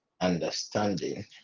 understanding